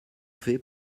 fait